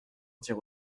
dire